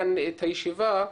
הישיבה.